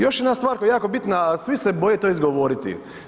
Još jedna stvar koja je jako bitna, a svi se boje to izgovoriti.